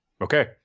Okay